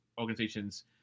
organizations